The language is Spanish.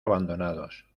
abandonados